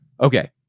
Okay